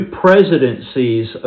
presidencies